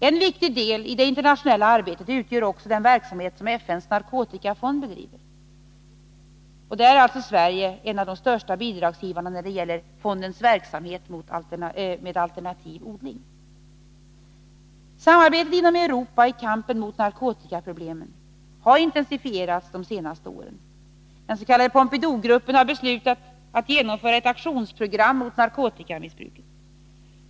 En viktig del i det internationella arbetet utgör den verksamhet som FN:s narkotikafond bedriver. Sverige är en av de största bidragsgivarna när det gäller fondens verksamhet med alternativ odling. Samarbetet inom Europa i kampen mot narkotikaproblemen har intensifierats under de senaste åren. Den s.k. Pompidougruppen har beslutat att genomföra ett aktionsprogram mot narkotikamissbruket.